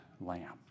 lamb